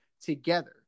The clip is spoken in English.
together